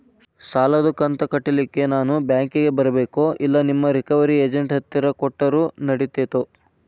ಸಾಲದು ಕಂತ ಕಟ್ಟಲಿಕ್ಕೆ ನಾನ ಬ್ಯಾಂಕಿಗೆ ಬರಬೇಕೋ, ಇಲ್ಲ ನಿಮ್ಮ ರಿಕವರಿ ಏಜೆಂಟ್ ಹತ್ತಿರ ಕೊಟ್ಟರು ನಡಿತೆತೋ?